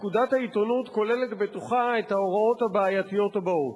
פקודת העיתונות כוללת בתוכה את ההוראות הבעייתיות האלה: